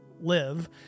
live